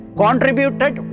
contributed